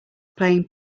playing